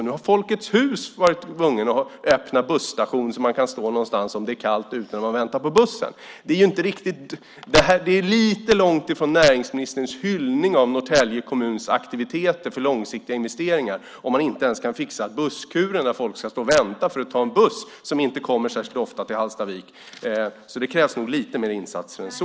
Nu har Folkets Hus varit tvunget att öppna en busstation så att man har någonstans att stå om det är kallt när man väntar på bussen. Det är lite väl långt från näringsministerns hyllning av Norrtälje kommuns aktiviteter för långsiktiga investeringar om man inte ens kan fixa en busskur så att folk kan stå där och vänta på en buss som inte särskilt ofta kommer till Hallstavik. Det krävs nog lite mer insatser än så.